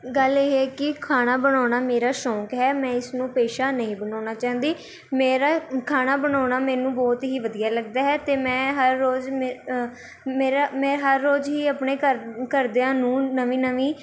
ਗੱਲ ਇਹ ਹੈ ਕਿ ਖਾਣਾ ਬਣਾਉਣਾ ਮੇਰਾ ਸ਼ੌਂਕ ਹੈ ਮੈਂ ਇਸਨੂੰ ਪੇਸ਼ਾ ਨਹੀਂ ਬਣਾਉਣਾ ਚਾਹੁੰਦੀ ਮੇਰਾ ਖਾਣਾ ਬਣਾਉਣਾ ਮੈਨੂੰ ਬਹੁਤ ਹੀ ਵਧੀਆ ਲੱਗਦਾ ਹੈ ਅਤੇ ਮੈਂ ਹਰ ਰੋਜ਼ ਮੇ ਮੇਰਾ ਮੈਂ ਹਰ ਰੋਜ਼ ਹੀ ਆਪਣੇ ਘਰ ਘਰਦਿਆਂ ਨੂੰ ਨਵੀਂ ਨਵੀਂ